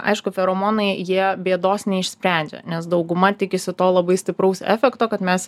aišku feromonai jie bėdos neišsprendžia nes dauguma tikisi to labai stipraus efekto kad mes